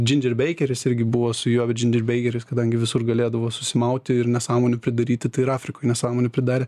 džindžer beikeris irgi buvo su juo džindžer beikeris kadangi visur galėdavo susimauti ir nesąmonių pridaryti tai ir afrikoj nesąmonių pridarė